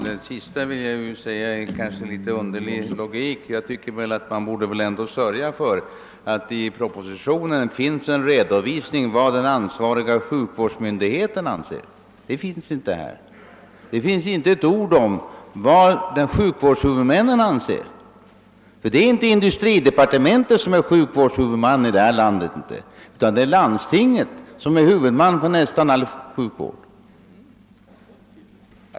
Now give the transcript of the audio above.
Detta sista yttrande innebär en något underlig logik. Jag tycker att man borde sörja för att det i propositionen finns en redovisning för vad de ansvariga sjukvårdsmyndigheterna = anser, men det står inte ett ord om vad sjukvårdshuvudmännen anser. Det är inte industridepartementet som är sjukvårdshuvudman här i landet, utan landstingen är huvudmännen för nästan all sjukvård.